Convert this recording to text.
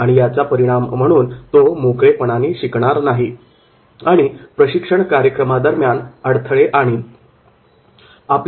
आणि याचा परिणाम म्हणून तो मोकळेपणाने शिकणार नाही आणि प्रशिक्षण कार्यक्रमादरम्यान अडथळे आणील